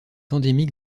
endémique